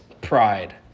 pride